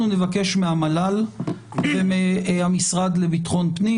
אנחנו נבקש מהמל"ל ומהמשרד לבטחון פנים,